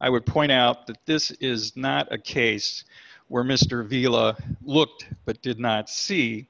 i would point out that this is not a case where mr viola looked but did not see